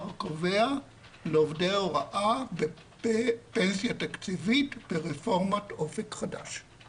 הקובע לעובדי ההוראה בפנסיה תקציבית ברפורמת אופק חדש.